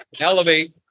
Elevate